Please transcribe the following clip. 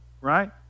right